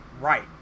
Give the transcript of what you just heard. Right